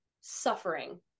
suffering